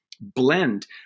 blend